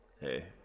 hey